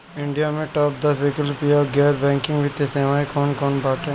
India में top दस वैकल्पिक या गैर बैंकिंग वित्तीय सेवाएं कौन कोन बाटे?